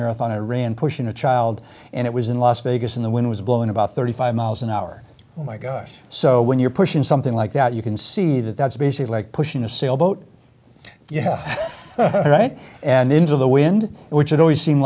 marathon i ran pushing a child and it was in las vegas and the wind was blowing about thirty five miles an hour oh my gosh so when you're pushing something like that you can see that that's basically like pushing a sailboat yeah right and into the wind which it always seemed